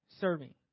serving